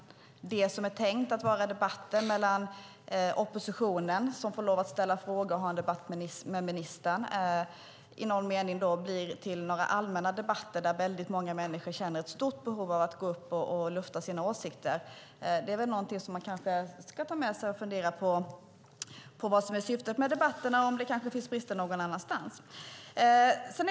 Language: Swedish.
Det som är tänkt att vara en debatt mellan oppositionen, som får lov att ställa frågor, och ministern blir i någon mening till en allmän debatt där många känner ett stort behov av att gå upp och lufta sina åsikter. Man kanske ska ta med sig detta och fundera på vad som är syftet med debatterna och om det kanske finns brister någon annanstans.